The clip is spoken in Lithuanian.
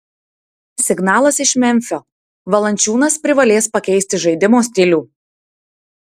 signalas iš memfio valančiūnas privalės pakeisti žaidimo stilių